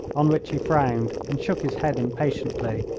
on which he frowned and shook his head impatiently.